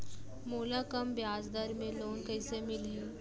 मोला कम ब्याजदर में लोन कइसे मिलही?